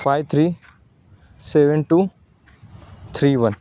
five three seven two three one